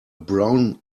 brown